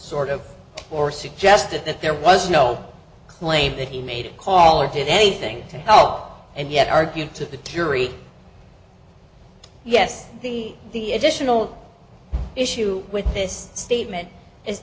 sort of or suggested that there was no claim that he made a call or did anything to help and yet argue to the teary yes he the additional issue with this statement is